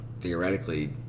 theoretically